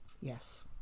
yes